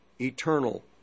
eternal